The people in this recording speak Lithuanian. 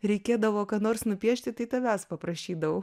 reikėdavo ką nors nupiešti tai tavęs paprašydavau